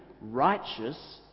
Righteous